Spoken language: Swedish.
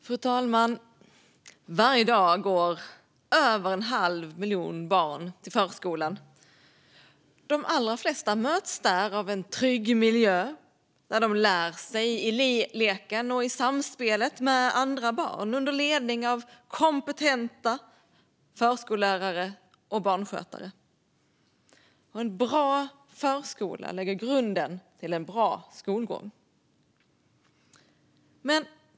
Fru talman! Varje dag går över en halv miljon barn till förskolan. De allra flesta möts av en trygg miljö där de lär sig i leken och i samspelet med andra barn, under ledning av kompetenta förskollärare och barnskötare. En bra förskola lägger grunden till en bra skolgång.